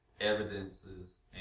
evidences